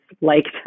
liked